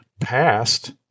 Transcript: passed